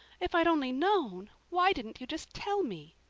if i'd only known! why didn't you just tell me?